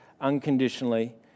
unconditionally